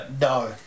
no